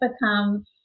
become